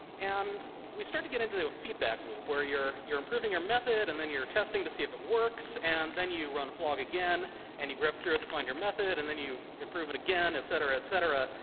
and we start to get into the feedback loop where you're improving your method and then you're testing to see if it works and then you run flog again and you grab through it to find your method and then you improve it again, etcetera, etcetera,